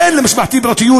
אין למשפחתי פרטיות,